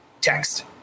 text